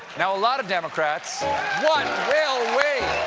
now, a lot of democrats what will we?